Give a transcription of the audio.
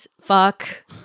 fuck